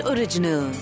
Original